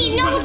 no